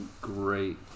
great